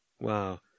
Wow